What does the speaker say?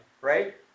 right